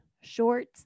short